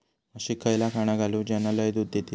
म्हशीक खयला खाणा घालू ज्याना लय दूध देतीत?